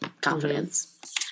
confidence